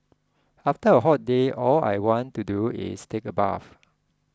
after a hot day all I want to do is take a bath